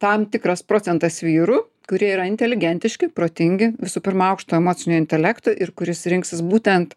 tam tikras procentas vyrų kurie yra inteligentiški protingi visų pirma aukšto emocinio intelekto ir kuris rinksis būtent